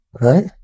Right